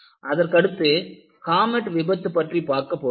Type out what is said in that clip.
அதற்கடுத்து காமெட் விபத்து பற்றி பார்க்க போகிறோம்